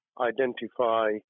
identify